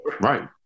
Right